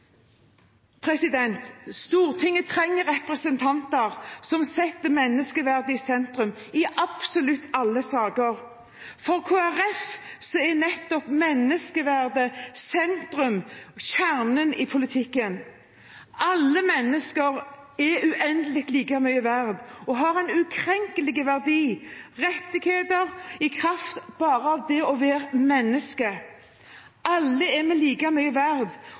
Stortinget trenger representanter som setter menneskeverdet i sentrum i absolutt alle saker. For Kristelig Folkeparti er nettopp menneskeverdet sentrum, kjernen, i politikken. Alle mennesker er uendelig like mye verdt og har en ukrenkelig verdi og rettigheter i kraft av bare det å være menneske. Alle er like mye